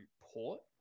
Port